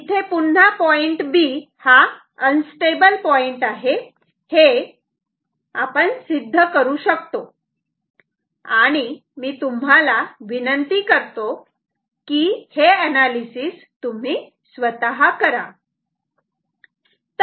इथे पुन्हा point B हा अनस्टेबल पॉईंट आहे हे आपण सिद्ध करू शकतो आणि मी तुम्हाला विनंती करतो की हे एनालिसिस तुम्ही स्वतः करा